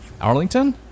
Arlington